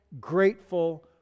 grateful